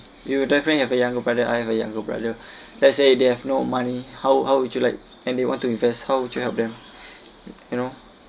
you definitely have a younger brother I have a younger brother let's say they have no money how how would you like and they want to invest how would you help them you know